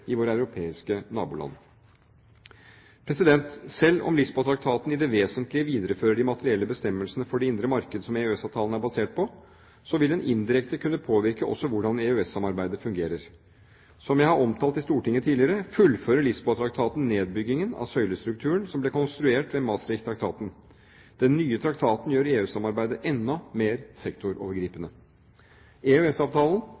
i våre europeiske naboland. Selv om Lisboa-traktaten i det vesentlige viderefører de materielle bestemmelsene for det indre markedet som EØS-avtalen er basert på, vil den indirekte kunne påvirke også hvordan EØS-samarbeidet fungerer. Som jeg har omtalt i Stortinget tidligere, fullfører Lisboa-traktaten nedbyggingen av søylestrukturen som ble konstruert med Maastricht-traktaten. Den nye traktaten gjør EU-samarbeidet enda mer